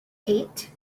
eight